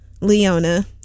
leona